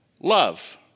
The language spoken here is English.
love